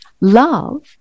love